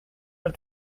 but